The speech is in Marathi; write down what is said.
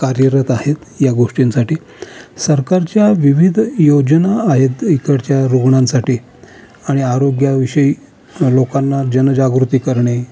कार्यरत आहेत या गोष्टींसाठी सरकारच्या विविध योजना आहेत इकडच्या रुग्णांसाठी आणि आरोग्याविषयी लोकांना जनजागृती करणे